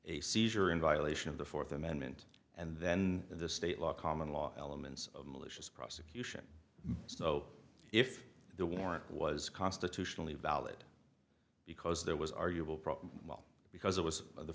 a seizure in violation of the fourth amendment and then the state law common law elements of malicious prosecution so if the warrant was constitutionally valid because that was arguable problem well because it was